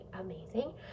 amazing